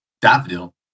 daffodil